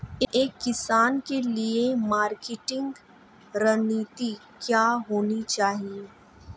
एक किसान के लिए मार्केटिंग रणनीति क्या होनी चाहिए?